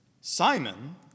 Simon